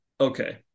Okay